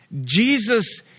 Jesus